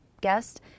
guest